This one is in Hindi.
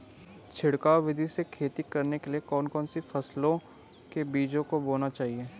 छिड़काव विधि से खेती करने के लिए कौन कौन सी फसलों के बीजों को बोना चाहिए?